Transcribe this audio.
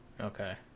okay